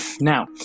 now